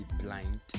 blind